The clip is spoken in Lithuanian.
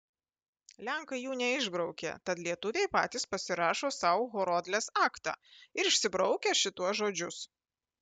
lenkai jų neišbraukė tad lietuviai patys pasirašo sau horodlės aktą ir išsibraukia šituos žodžius